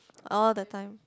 all the time